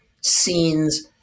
scenes